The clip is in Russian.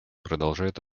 продолжает